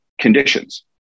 conditions